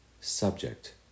Subject